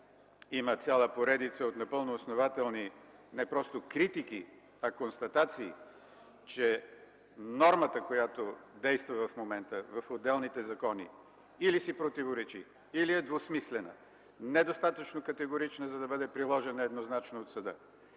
има цяла поредица от напълно основателни не просто критики, а констатации, че нормата, която действа в момента в отделните закони или си противоречи, или е двусмислена, недостатъчно категорична, за да бъде приложена еднозначно от съда.